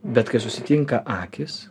bet kai susitinka akys